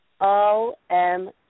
O-M